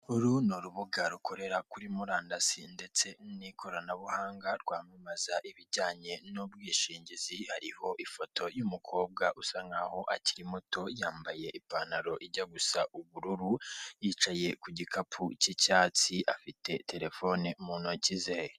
Uru ni urubuga rukorera kuri murandasi ndetse n'ikoranabuhanga rwamamaza ibijyanye n'ubwishingizi hariho ifoto y'umukobwa usa nkaho akiri muto yambaye ipantaro ijya gusa ubururu, yicaye ku gikapu cy'icyatsi afite telefone mu ntoki ze.